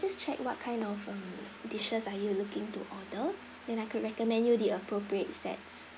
just check what kind of um dishes are you looking to order then I could recommend you the appropriate sets